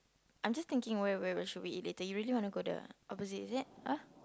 I'm just thinking where where should we eat later you really wanna go the opposite is it !huh!